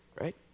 right